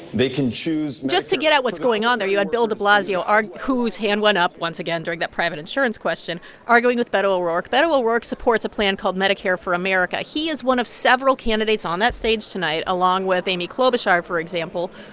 they can choose medicare. just to get at what's going on there, you had bill de blasio um whose hand went up once again during that private insurance question arguing with beto o'rourke. beto o'rourke supports a plan called medicare for america. he is one of several candidates on that stage tonight, along with amy klobuchar, for example,